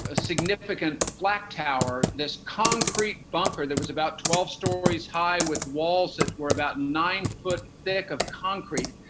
ah significant flat tower, this concrete bunker that was about twelve stories high with walls that were about nine-foot-thick of concrete.